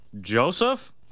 Joseph